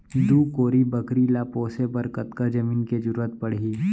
दू कोरी बकरी ला पोसे बर कतका जमीन के जरूरत पढही?